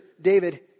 David